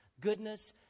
goodness